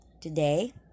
Today